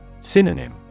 Synonym